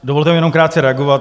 Dovolte mi jenom krátce reagovat.